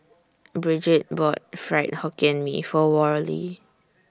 Brigid bought Fried Hokkien Mee For Worley